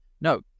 No